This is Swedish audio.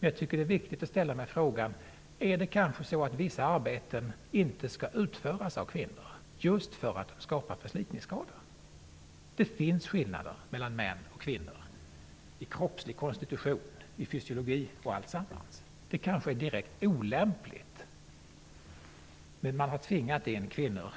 Men jag tycker att det är viktigt att ställa sig följande fråga: Är det kanske så att vissa arbeten inte skall utföras av kvinnor just på grund av att de får förslitningsskador? Det finns skillnader mellan män och kvinnor i kroppslig konstitution och fysiologi. Det är kanske direkt olämpligt med dessa jobb, men kvinnorna har